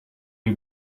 you